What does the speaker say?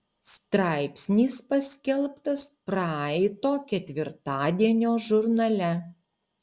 straipsnis paskelbtas praeito ketvirtadienio žurnale